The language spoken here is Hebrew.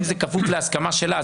אם זה כפוף להסכמה שלה,